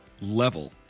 level